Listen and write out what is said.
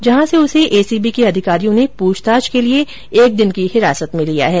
जहां से उसे एसीबी के अधिकारियों ने पूछताछ के लिए एक दिन की हिरासत में लिया है